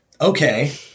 Okay